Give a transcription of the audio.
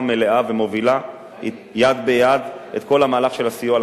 מלאה ומובילה יד ביד את כל המהלך של הסיוע,